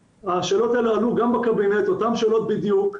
השאלות האלה עלו גם בקבינט, אותן שאלות בדיוק,